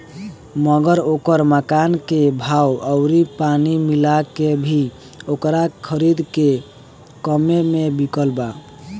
मगर ओकरा मकान के भाव अउरी पानी मिला के भी ओकरा खरीद से कम्मे मे बिकल बा